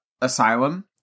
asylum